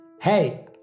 Hey